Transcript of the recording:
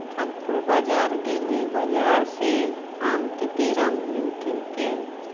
खानपुर बाजार गेली बाजारसँ आमके पेड़ आनली कीनि कऽ